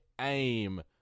aim